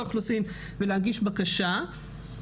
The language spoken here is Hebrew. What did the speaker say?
הנשים המוחלשות והפגיעות ביותר בישראל